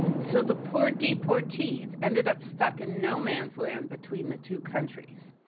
so the poor deportees ended up stuck in no man's land between the two countries.